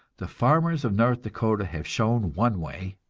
the farmers of north dakota have shown one way.